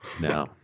No